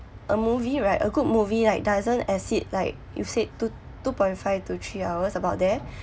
a movie right a good movie right doesn't exit like you've said two two point five to three hours about there